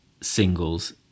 singles